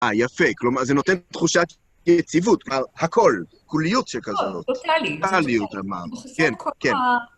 אה, יפה, כלומר, זה נותן תחושת יציבות, הכל, כוליות של כזאת. טוטאלית אמרנו, כן, כן.